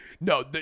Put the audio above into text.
No